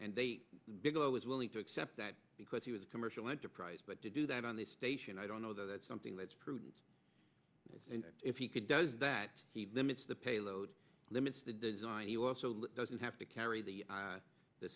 and they bigelow is willing to accept that because he was a commercial enterprise but to do that on the station i don't know that that's something that's prudent and if he could does that limits the payload limits the design he also doesn't have to carry the